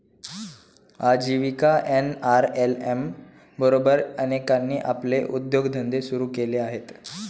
आजीविका एन.आर.एल.एम बरोबर अनेकांनी आपले उद्योगधंदे सुरू केले आहेत